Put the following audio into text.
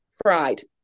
fried